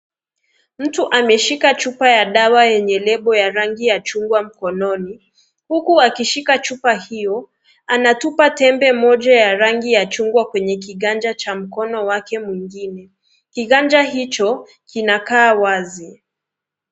Mtu ameshika chupa ya dawa yenye lebo ya rangi ya chungwa mkononi huku akishika chupa hiyo anatupa tembe moja ya rangi ya chungwa kwenye kiganja cha mkono wake mwingine kiganja hicho kina kaa wazi.